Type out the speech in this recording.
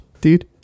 dude